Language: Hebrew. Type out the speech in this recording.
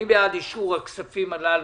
מי בעד אישור הכספים הללו,